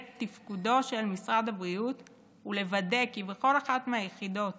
תפקידו של משרד הבריאות הוא לוודא כי בכל אחת מיחידות